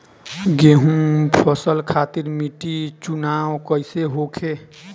गेंहू फसल खातिर मिट्टी चुनाव कईसे होखे?